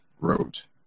wrote